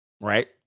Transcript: Right